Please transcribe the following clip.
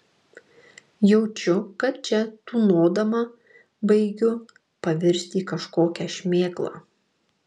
jaučiu kad čia tūnodama baigiu pavirsti į kažkokią šmėklą